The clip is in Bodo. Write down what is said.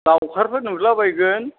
लावखारफोर नुलाबायगोन